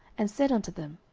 and said unto them,